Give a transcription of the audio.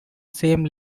same